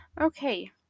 Okay